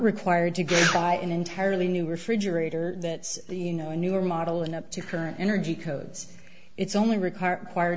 required to get an entirely new refrigerator that you know a newer model and up to current energy codes it's only required